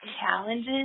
challenges